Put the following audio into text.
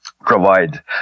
provide